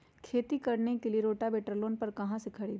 खेती करने के लिए रोटावेटर लोन पर कहाँ से खरीदे?